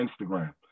Instagram